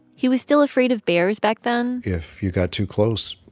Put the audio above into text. he was still afraid of bears back then if you got too close,